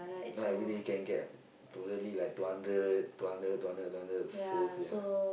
not everyday can get totally like two hundred two hundred two hudnred two hundred sales ya